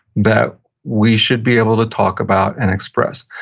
that we should be able to talk about and express.